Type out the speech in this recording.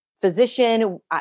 physician